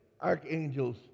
archangels